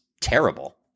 terrible